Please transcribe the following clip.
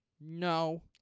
No